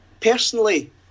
personally